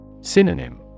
Synonym